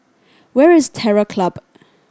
where is Terror Club